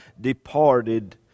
departed